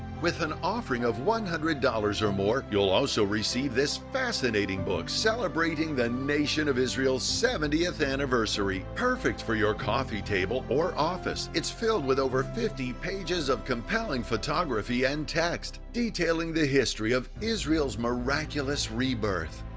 with an offering of one hundred dollars or more, you'll also receive this fascinating book celebrating the nation of israel seventieth anniversary. perfect for your coffee table or office. it's filled with over fifty pages of compelling photography and text detailing the history of israel's miraculous rebirth.